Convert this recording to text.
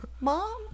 mom